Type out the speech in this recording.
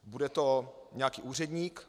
Bude to nějaký úředník?